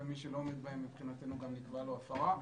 ומי שלא עומד בהם מבחינתנו גם נקבעה לו הפרה.